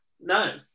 No